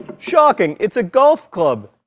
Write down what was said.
shocking, it's a golf club.